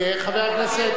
חבר הכנסת,